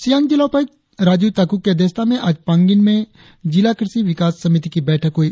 सियांग जिला उपायुक्त राजीव ताकूक की अध्यक्षता में आज पागिन में जिला क्रषि विकास समिति की बैठक हुई